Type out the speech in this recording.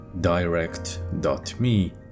direct.me